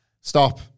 Stop